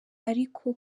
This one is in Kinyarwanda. ariko